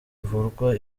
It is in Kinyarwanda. ivurwa